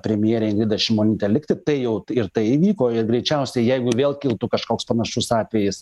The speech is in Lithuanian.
premjerę ingridą šimonytę likti tai jau ir tai įvyko greičiausiai jeigu vėl kiltų kažkoks panašus atvejis